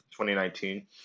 2019